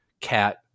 cat